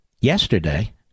yesterday